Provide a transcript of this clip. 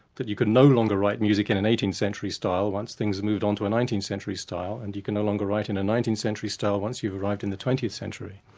that you could no longer write music in an eighteenth century style once things have moved on to a nineteenth century style and you can no longer write in a nineteenth century style once you've arrived in the twentieth century.